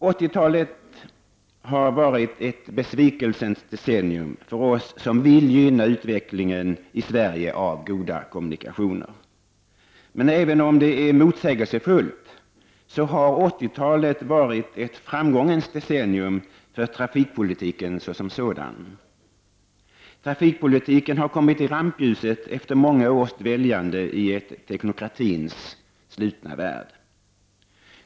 80-talet har varit ett besvikelsens decennium för oss som vill gynna utveck lingen av goda kommunikationer i Sverige. Men även om det kan tyckas motsägelsefullt, har 80-talet varit ett framgångens decennium för trafikpolitiken som sådan — trafikpolitiken har kommit i rampljuset efter många års dväljande i en teknokratins slutna värld.